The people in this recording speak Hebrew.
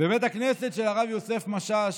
בבית הכנסת של הרב יוסף משאש,